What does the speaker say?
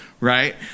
Right